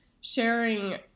sharing